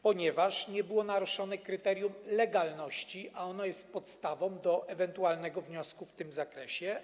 Ponieważ nie było naruszone kryterium legalności, a ono jest podstawą ewentualnego wniosku w tym zakresie.